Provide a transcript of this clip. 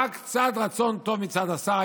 רק קצת רצון טוב מצד השר,